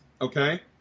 okay